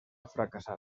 fracassar